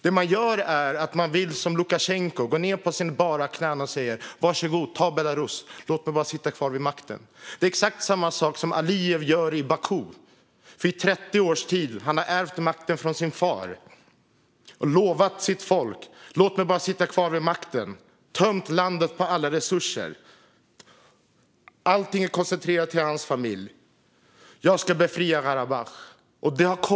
Vad man gör är att som Lukasjenko gå ned på sina bara knän och säga: Var så goda och ta Belarus! Låt mig bara få sitta kvar vid makten. Exakt samma sak gör Alijev i Baku. Han har ärvt makten av sin far och suttit i 30 år. Han har till sitt folk sagt: Låt mig bara sitt kvar vid makten. Under tiden har han tömt landet på alla resurser. Allting är koncentrerat till hans familj. Han säger: Jag ska befria Karabach.